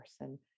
person